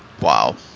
wow